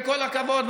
וכל הכבוד,